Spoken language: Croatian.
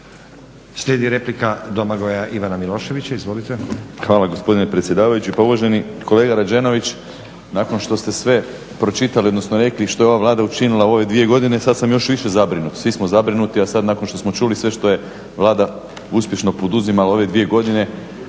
Hvala gospodine predsjedavajući. Pa uvaženi kolega Rađenović, nakon što ste sve pročitali odnosno rekli što je ova Vlada učinila u ove dvije godine, sad sam još više zabrinut, svi smo zabrinuti a sad nakon što smo čuli sve što je Vlada uspješno poduzimala ove dvije godine